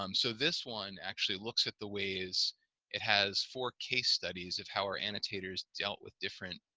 um so this one actually looks at the ways it has four case studies of how our annotators dealt with different